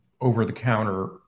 over-the-counter